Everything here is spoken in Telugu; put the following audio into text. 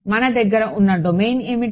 మన దగ్గర ఉన్న డొమైన్ ఏమిటి